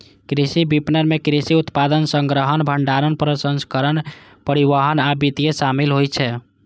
कृषि विपणन मे कृषि उत्पाद संग्रहण, भंडारण, प्रसंस्करण, परिवहन आ वितरण शामिल होइ छै